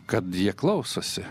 kad jie klausosi